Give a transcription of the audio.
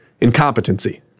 incompetency